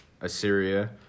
Assyria